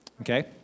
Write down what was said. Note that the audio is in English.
okay